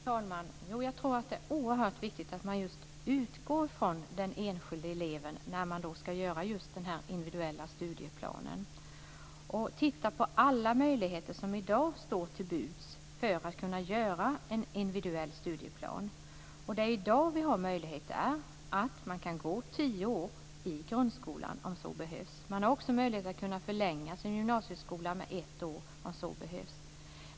Fru talman! Jag tror att det är oerhört viktigt att man just utgår från den enskilde eleven när man skall göra den individuella studieplanen och att man tittar på alla möjligheter som i dag står till buds för att kunna göra en individuell studieplan. I dag finns det möjlighet att gå tio år i grundskolan, om så behövs. Det finns också möjlighet att förlänga gymnasieutbildningen med ett år, om så behövs.